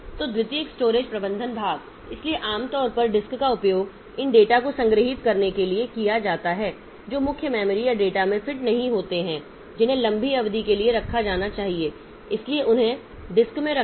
तो द्वितीयक स्टोरेज प्रबंधन भाग इसलिए आमतौर पर डिस्क का उपयोग उन डेटा को संग्रहीत करने के लिए किया जाता है जो मुख्य मेमोरी या डेटा में फिट नहीं होते हैं जिन्हें लंबी अवधि के लिए रखा जाना चाहिए इसलिए उन्हें डिस्क में रखा जाता है